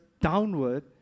downward